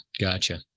gotcha